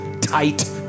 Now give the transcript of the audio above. tight